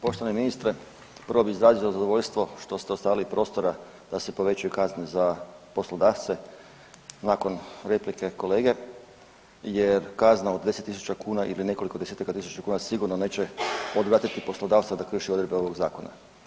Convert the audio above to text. Poštovani ministre, prvo bih izrazio zadovoljstvo što ste ostavili prostora da se povećaju kazne za poslodavce nakon replike kolege, jer kazna od 10 000 kuna ili nekoliko desetaka tisuća kuna sigurno neće odvratiti poslodavca da krši odredbe ovog zakona.